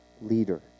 leader